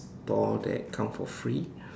store that come for free